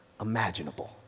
imaginable